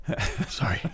Sorry